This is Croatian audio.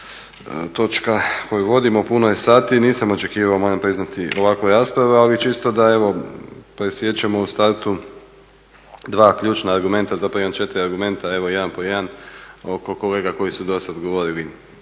točka koju vodimo, puno je sati, nisam očekivao moram priznati ovakve rasprave ali čisto da evo presiječemo u startu dva ključna argumenta, zapravo imam četiri argumenta, evo jedan po jedan oko kolega koji su dosad govorili.